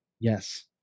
Yes